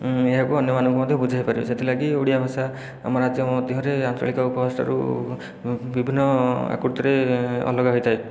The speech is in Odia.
ଏହାକୁ ଅନ୍ୟମାନଙ୍କୁ ମଧ୍ୟ ବୁଝାଇ ପାରିବେ ସେଥି ଲାଗି ଓଡ଼ିଆ ଭାଷା ଆମର ରାଜ୍ୟ ମଧ୍ୟରେ ଆଞ୍ଚଳିକ ଉପଭାଷାରୁ ବିଭିନ୍ନ ଆକୃତିରେ ଅଲଗା ହୋଇଥାଏ